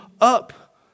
up